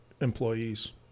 Employees